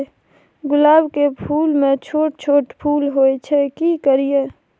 गुलाब के फूल में छोट छोट फूल होय छै की करियै?